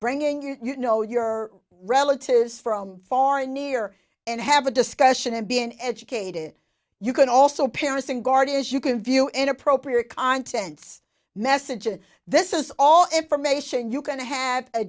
bringing your you know your relatives from far and near and have a discussion and be an educated you can also parents and guardians you can view inappropriate contents messages this is all information you can have a